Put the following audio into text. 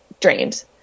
drained